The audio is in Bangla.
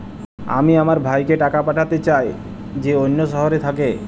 আমি আমার ভাইকে টাকা পাঠাতে চাই যে অন্য শহরে থাকে